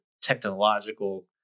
technological